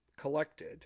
collected